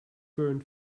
burned